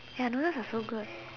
ya noodles are so good